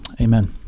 amen